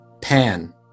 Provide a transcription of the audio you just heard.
Pan